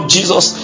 Jesus